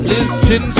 Listen